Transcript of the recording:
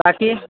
बाकी